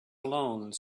alone